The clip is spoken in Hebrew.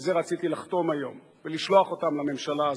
ובזה רציתי לחתום היום ולשלוח אותן לממשלה הזאת: